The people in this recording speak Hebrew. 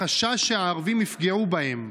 מחשש שהערבים יפגעו בהם.